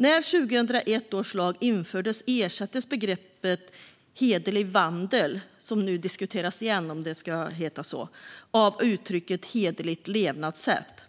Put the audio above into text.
När 2001 års lag infördes ersattes begreppet "hederlig vandel" - det diskuteras nu igen om det ska heta så - av uttrycket "hederligt levnadssätt".